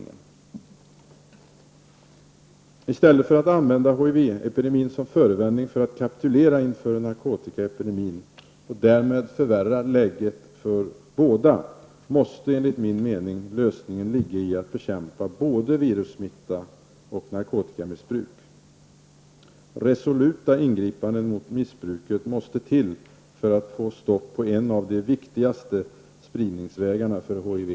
I stället för att använda HIV-epidemin som förevändning för att kapitulera inför narkotikaepidemin och därmed förvärra läget på båda dessa områden, måste enligt min mening lösningen ligga i att bekämpa både virussmitta och narkotikamissbruk. Resoluta ingripanden mot missbruket måste till för att få stopp på en av de viktigaste spridningsvägarna för HIV.